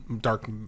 dark